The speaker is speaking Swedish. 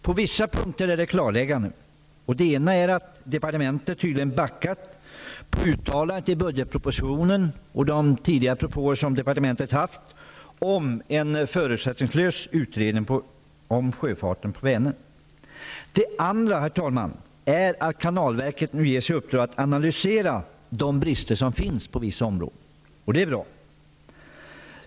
På vissa punkter är det klarläggande. En är att departementet tydligen backat från sina tidigare propåer och uttalandet i budgetpropositionen om en förutsättningslös utredning om sjöfarten på Vänern. En annan är att kanalverket nu ges i uppdrag att analysera de brister som finns på vissa områden, och det är bra.